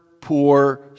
poor